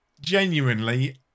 Genuinely